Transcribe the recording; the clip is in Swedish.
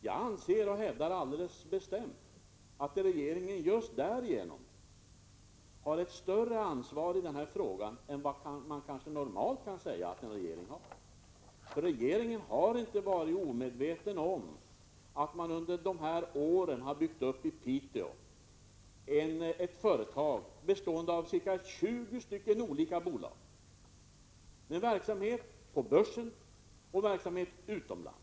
Jag hävdar bestämt att regeringen just därigenom har ett större ansvar i denna fråga än vad en regering normalt kan sägas ha. Regeringen har inte varit omedveten om att det under dessa år i Piteå byggts upp ett företag, bestående av ca 20 olika bolag med verksamhet på börsen och med verksamhet utomlands.